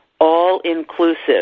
all-inclusive